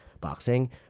boxing